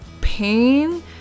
pain